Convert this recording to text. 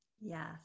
Yes